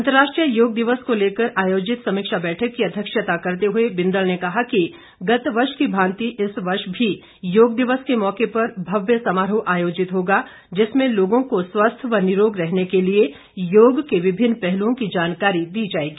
अंतर्राष्ट्रीय योग दिवस को लेकर आयोजित समीक्षा बैठक की अध्यक्षता करते हुए बिंदल ने कहा कि गत वर्ष की भांति इस वर्ष भी योग दिवस के मौके पर भव्य समारोह आयोजित होगा जिसमें लोगों को स्वस्थ व निरोग रहने के लिए योग के विभिन्न पहलुओं की जानकारी दी जाएगी